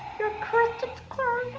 your credit